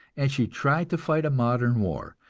and she tried to fight a modern war,